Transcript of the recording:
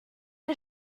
jeu